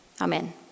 Amen